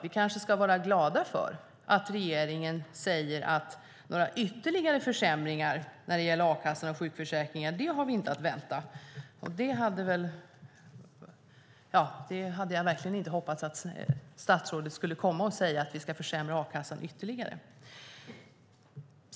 Vi kanske ska vara glada för att regeringen säger att några ytterligare försämringar när det gäller a-kassa och sjukförsäkring har vi inte att vänta. Det hade jag verkligen inte hoppats att statsrådet skulle komma och säga, att vi ska försämra a-kassan ytterligare.